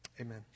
Amen